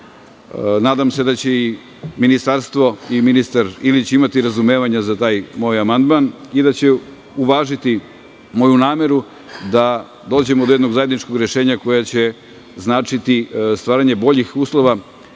nadam se da će i ministarstvo i ministar Ilić imati razumevanja za taj moj amandman i da će uvažiti moju nameru da dođemo do jednog zajedničkog rešenja koje će značiti stvaranje boljih uslova